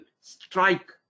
strike